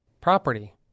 property